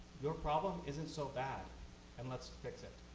your problem isn't so bad and let's fix it.